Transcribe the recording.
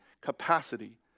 capacity